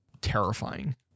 terrifying